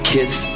Kids